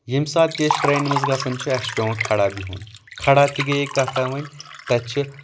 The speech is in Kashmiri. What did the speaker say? ییٚمہِ ساتہٕ تہِ أسۍ ٹرینہِ منٛز گژھان چھِ اَسہِ چھُ پیوان کھڈا بِہُن کھڈا تہِ گیٚیے کَتھا ووٚنۍ تَتہِ چھِ